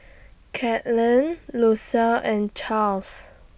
Katlin Lucile and Charles